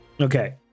Okay